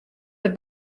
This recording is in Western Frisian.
der